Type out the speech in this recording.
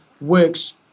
works